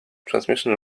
transmission